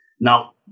Now